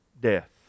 death